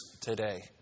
today